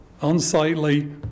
unsightly